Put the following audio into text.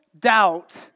doubt